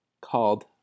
called